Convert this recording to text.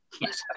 Yes